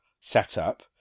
setup